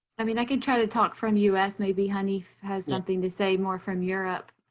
i mean, i could try to talk from us. maybe hanif has something to say more from europe.